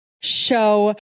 show